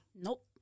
Nope